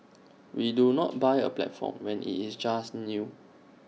we do not buy A platform when IT is just new